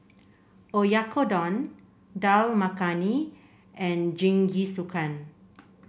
Oyakodon Dal Makhani and Jingisukan